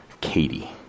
Katie